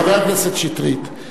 חבר הכנסת שטרית,